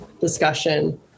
discussion